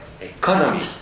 economy